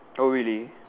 oh really